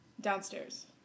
Downstairs